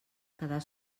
quedar